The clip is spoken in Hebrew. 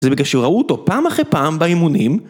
זה בגלל שראו אותו פעם אחרי פעם באימונים.